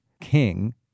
king